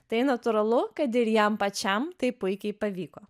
tai natūralu kad ir jam pačiam tai puikiai pavyko